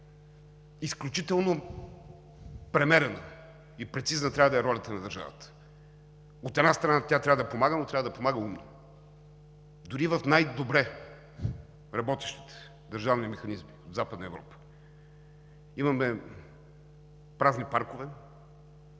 изключително премерена и прецизна трябва да е ролята на държавата. От една страна, тя трябва да помага, но трябва да помага умно. Дори в най-добре работещите държавни механизми в Западна Европа имаме празни паркове,